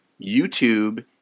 YouTube